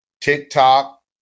TikTok